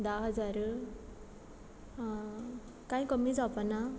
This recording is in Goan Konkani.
धा हजार आ कांय कमी जावपा ना